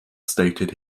stated